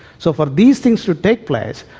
so for these things to take place,